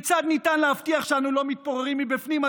כיצד ניתן להבטיח שאנו לא מתפוררים מבפנים,